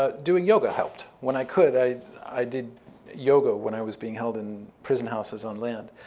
ah doing yoga helped. when i could, i i did yoga when i was being held in prison houses on land.